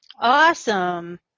Awesome